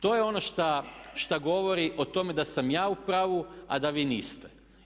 To je ono šta govori o tome da sam ja u pravu a da vi niste.